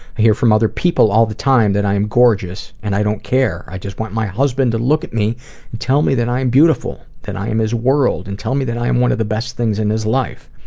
i hear from other people all the time that i am gorgeous and i don't care. i just want my husband to look at me, and tell me that i am beautiful, that i am his world, and tell me that i am one of the best things in his life.